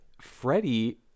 Freddie